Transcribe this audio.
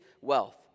wealth